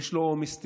יש לו עומס תיקים?